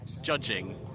judging